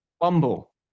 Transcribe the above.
Bumble